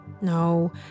No